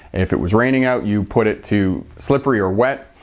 if it was raining out, you put it to slippery or wet.